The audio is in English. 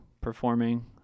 performing